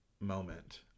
Moment